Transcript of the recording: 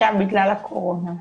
עכשיו בגלל הקורונה,